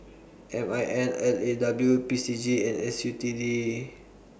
M I N L A W P C G and S U T D